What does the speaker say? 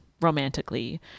romantically